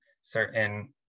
certain